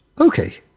Okay